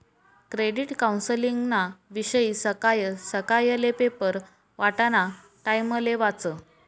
credit कौन्सलिंगना विषयी सकाय सकायले पेपर वाटाना टाइमले वाचं